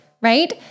right